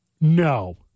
No